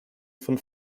von